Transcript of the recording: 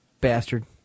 bastard